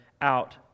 out